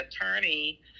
attorney